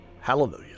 Hallelujah